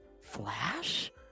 Flash